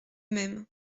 même